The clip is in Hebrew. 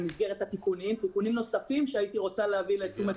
יש תיקונים נוספים שהייתי רוצה להביא לתשומת